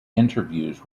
interviews